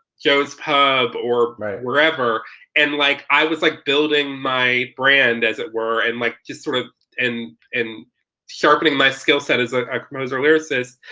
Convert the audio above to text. joe's pub or wherever and like i was like building my brand, as it were, and like just sort of and and sharpening my skillset as like a composer lyricist.